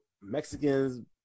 Mexicans